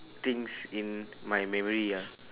things in my memory ah